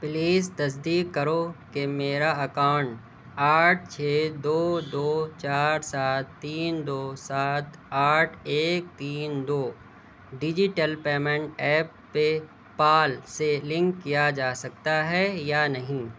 please تصدیق کرو کہ میرا اکاؤنٹ آٹھ چھ دو دو چار سات تین دو سات آٹھ ایک تین دو digital payment app PayPal سے لنک کیا جا سکتا ہے یا نہیں